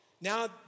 now